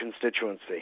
constituency